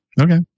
Okay